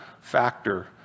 factor